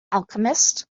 alchemist